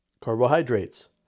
Carbohydrates